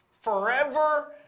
forever